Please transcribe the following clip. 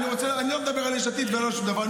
אני לא מדבר על יש עתיד ולא על שום דבר.